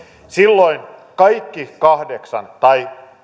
silloin kaikki kahdeksan tai